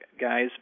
guys